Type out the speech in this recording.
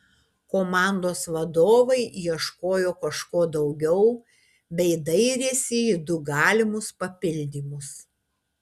komandos vadovai ieškojo kažko daugiau bei dairėsi į du galimus papildymus